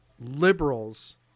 liberals